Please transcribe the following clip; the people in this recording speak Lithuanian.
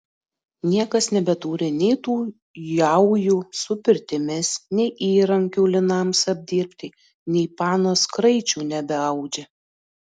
niekas nebeturi nei tų jaujų su pirtimis nei įrankių linams apdirbti nei panos kraičių nebeaudžia